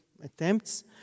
attempts